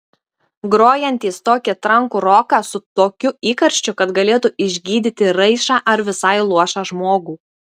grojantys tokį trankų roką su tokiu įkarščiu kad galėtų išgydyti raišą ar visai luošą žmogų